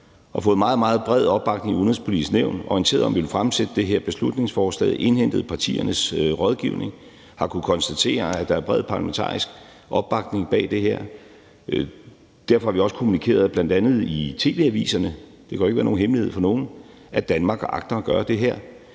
meget, meget bred opbakning i Det Udenrigspolitiske Nævn; orienteret om, at vi ville fremsætte det her beslutningsforslag; indhentet partiernes rådgivning; har kunnet konstatere, at der er bred parlamentarisk opbakning bag det her. Derfor har vi også kommunikeret i bl.a. tv-aviserne – det kan jo ikke være nogen hemmelighed for nogen – at Danmark agter at gøre det her,